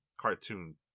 cartoon